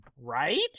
right